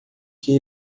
que